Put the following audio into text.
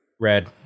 red